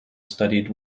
studied